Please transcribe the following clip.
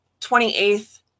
28th